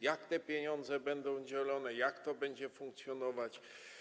Jak te pieniądze będą dzielone, jak to będzie funkcjonować?